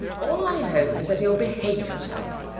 all i hope is that you'll behave yourself.